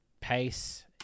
pace